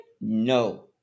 No